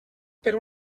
per